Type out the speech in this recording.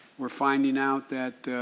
we are finding out that